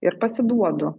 ir pasiduodu